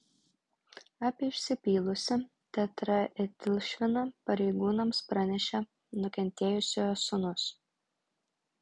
apie išsipylusį tetraetilšviną pareigūnams pranešė nukentėjusiojo sūnus